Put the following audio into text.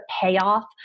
payoff